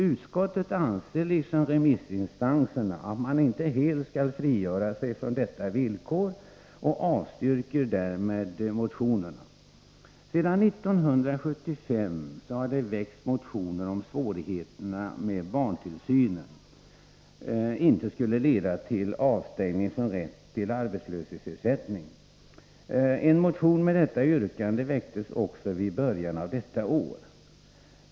Utskottet anser liksom remissinstanserna att man inte skall helt frigöra sig från detta villkor och avstyrker därmed motionerna. Sedan år 1975 har det väckts motioner om att svårigheter med barntillsyn inte skall leda till avstängning från rätt till arbetslöshetsersättning. En motion med detta yrkande väcktes också i början av detta år.